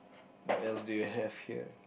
what else do you have here